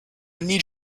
need